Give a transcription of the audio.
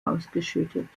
ausgeschüttet